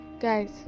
guys